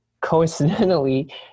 Coincidentally